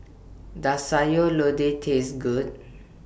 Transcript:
Does Sayur Lodeh Taste Good